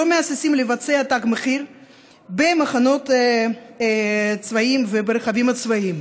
שלא מהססים לבצע תג מחיר במחנות צבאיים וברכבים צבאיים.